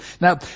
now